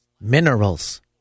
Minerals